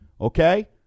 Okay